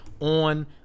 on